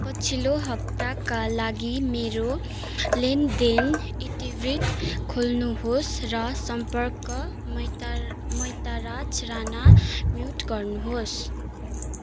पछिल्लो हप्ताका लागि मेरो लेनदेन इतिवृत्त खोल्नुहोस् र सम्पर्क मैत मैतराज राणा म्युट गर्नुहोस्